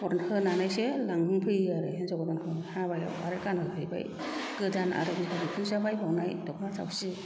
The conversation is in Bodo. होनानैसो लांनो फैयो आरो हिन्जाव गोदानखौ हाबायाव आरो गानहोबाय गोदान आरो बिहाव बिखुनजोया बायबावनाय दख'ना थावसि